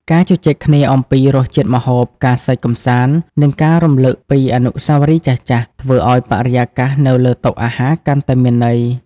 ការជជែកគ្នាអំពីរសជាតិម្ហូប ការសើចកម្សាន្ត និងការរំលឹកពីអនុស្សាវរីយ៍ចាស់ៗ ធ្វើឱ្យបរិយាកាសនៅលើតុអាហារកាន់តែមានន័យ។